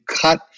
cut